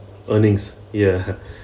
earnings ya